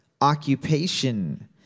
occupation